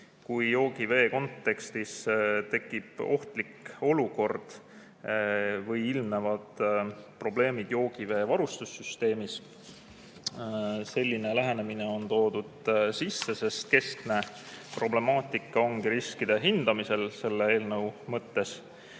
kui joogivee kontekstis tekib ohtlik olukord või ilmnevad probleemid joogivee varustussüsteemis. Selline lähenemine on toodud sisse, kuna keskne problemaatika ongi riskide hindamisel selle eelnõu mõttes.